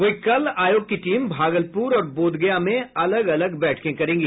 वहीं कल आयोग की टीम भागलपुर और बोधगया में अलग अलग बैठकें करेगी